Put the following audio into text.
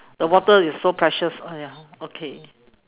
the water is so precious !aiya! okay